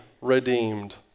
redeemed